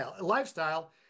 lifestyle